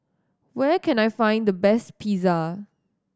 where can I find the best Pizza